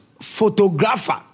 photographer